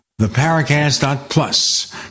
theparacast.plus